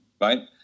right